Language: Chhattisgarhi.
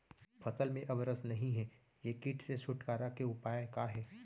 फसल में अब रस नही हे ये किट से छुटकारा के उपाय का हे?